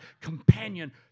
companion